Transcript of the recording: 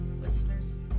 listeners